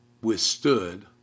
withstood